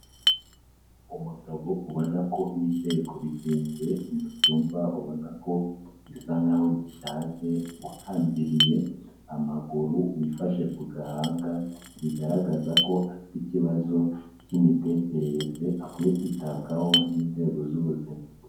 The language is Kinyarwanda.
Umugabo ubona ko yicaye ku bitenge mu cyumba ubona ko gisa nkaho gishaje, uhambiriye amaguru, wifashe ku gahanga, bigaragaza ko afite ikibazo cy'imitekerereze akwiye kwitabwaho n'inzego z'ubuzima.